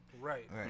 Right